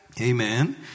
Amen